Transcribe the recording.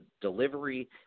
delivery